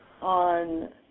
on